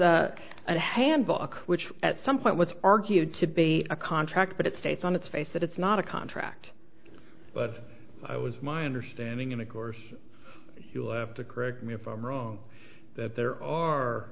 a handbook which at some point was argued to be a contract but it states on its face that it's not a contract but i was my understanding and of course you'll have to correct me if i'm wrong that there are